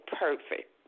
perfect